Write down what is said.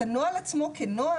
את הנוהל כנוהל,